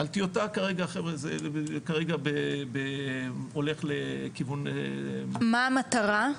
על טיוטה כרגע חבר'ה זה כרגע הולך לכיוון --- מה המטרה?